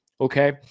Okay